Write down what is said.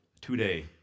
today